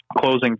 closing